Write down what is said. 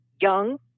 young